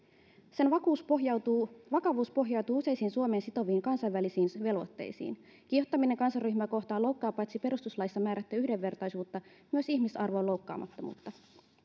sen vakavuus pohjautuu vakavuus pohjautuu useisiin suomea sitoviin kansainvälisiin velvoitteisiin kiihottaminen kansanryhmää kohtaan loukkaa paitsi perustuslaissa määrättyä yhdenvertaisuutta myös ihmisarvon loukkaamattomuutta